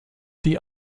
die